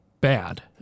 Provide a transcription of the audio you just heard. bad